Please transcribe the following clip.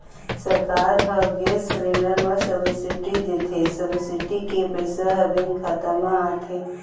सरकार ह gas cylinder म सब्सिडी देथे, सब्सिडी के पइसा ह बेंक खाता म आथे